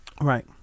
right